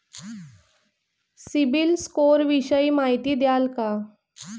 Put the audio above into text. CIBIL score विषयी माहिती द्याल का?